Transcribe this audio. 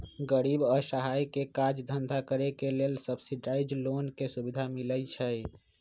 गरीब असहाय के काज धन्धा करेके लेल सब्सिडाइज लोन के सुभिधा मिलइ छइ